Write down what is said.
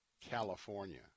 California